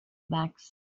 backs